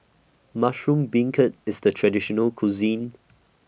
Mushroom Beancurd IS The Traditional Cuisine